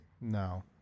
No